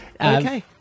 Okay